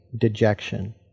dejection